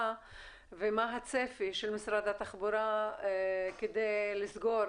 ומה הצפי של משרד התחבורה כדי לצמצם